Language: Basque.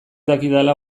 dakidala